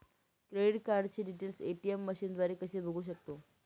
Credit कार्डचे details ATM मशीनद्वारे कसे बघू शकतो?